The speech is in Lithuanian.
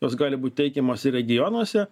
jos gali būt teikiamos ir regionuose